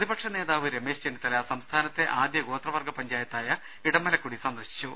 പ്രതിപക്ഷ നേതാവ് രമേശ് ചെന്നിത്തല സംസ്ഥാനത്തെ ആദ്യഗോത്ര വർഗ്ഗ പഞ്ചായത്തായ ഇടമലക്കുടി സന്ദർശിച്ചു